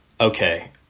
okay